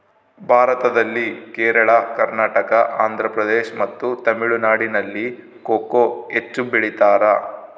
ಭಾರತದಲ್ಲಿ ಕೇರಳ, ಕರ್ನಾಟಕ, ಆಂಧ್ರಪ್ರದೇಶ್ ಮತ್ತು ತಮಿಳುನಾಡಿನಲ್ಲಿ ಕೊಕೊ ಹೆಚ್ಚು ಬೆಳಿತಾರ?